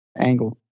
Angle